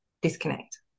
disconnect